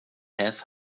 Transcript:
have